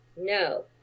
No